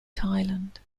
thailand